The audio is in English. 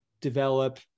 develop